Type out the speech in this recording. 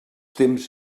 temps